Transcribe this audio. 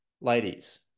ladies